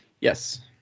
Yes